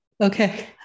Okay